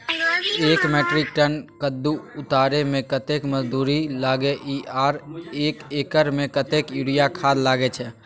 एक metric ton कद्दू उतारे में कतेक मजदूरी लागे इ आर एक एकर में कतेक यूरिया खाद लागे छै?